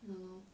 ya lor